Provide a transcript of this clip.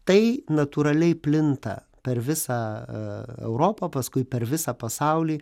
tai natūraliai plinta per visą europą paskui per visą pasaulį